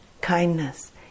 kindness